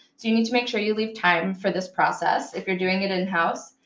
so you need to make sure you leave time for this process if you're doing it in-house.